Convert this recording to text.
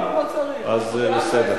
אז בסדר.